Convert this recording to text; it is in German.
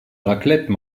raclette